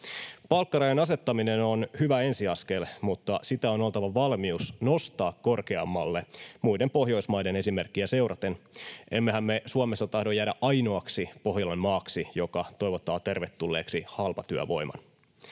Palkkarajan asettaminen on hyvä ensiaskel, mutta on oltava valmius nostaa sitä korkeammalle muiden pohjoismaiden esimerkkiä seuraten. Emmehän me Suomessa tahdo jäädä ainoaksi Pohjolan maaksi, joka toivottaa tervetulleeksi halpatyövoiman.